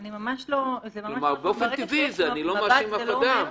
כלומר, זה באופן טבעי, אני לא מאשים שום אדם.